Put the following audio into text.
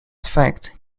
fact